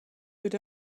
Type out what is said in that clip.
would